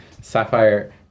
Sapphire